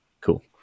Cool